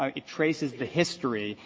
um it traces the history.